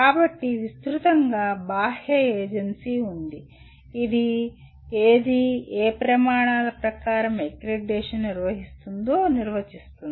కాబట్టి విస్తృతంగా బాహ్య ఏజెన్సీ ఉంది ఇది ఏది ఏ ప్రమాణాల ప్రకారం అక్రిడిటేషన్ నిర్వహిస్తుందో నిర్వచిస్తుంది